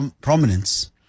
prominence